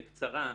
בקצרה,